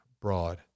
broad